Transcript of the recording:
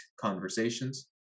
conversations